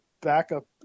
backup